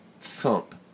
Thump